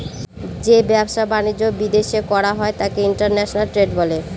যে ব্যবসা বাণিজ্য বিদেশ করা হয় তাকে ইন্টারন্যাশনাল ট্রেড বলে